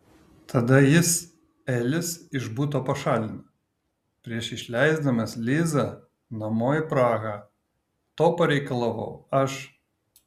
tada jis elis iš buto pašalino prieš išleisdamas lizą namo į prahą to pareikalavau aš